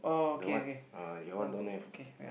the one your one don't have